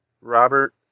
Robert